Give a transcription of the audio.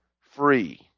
free